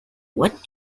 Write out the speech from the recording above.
what